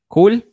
Cool